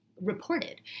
reported